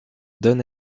donne